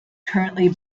currently